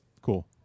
cool